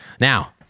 Now